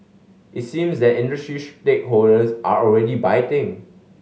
it seems that industry stakeholders are already biting